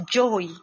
joy